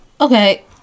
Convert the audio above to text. okay